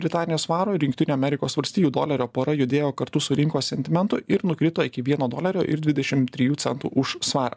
britanijos svaro ir jungtinių amerikos valstijų dolerio pora judėjo kartu su rinkos sentimentu ir nukrito iki vieno dolerio ir dvidešim trijų centų už svarą